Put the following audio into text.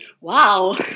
wow